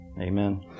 Amen